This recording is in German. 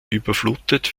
überflutet